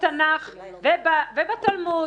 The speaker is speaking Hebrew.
בתנ"ך ובתלמוד,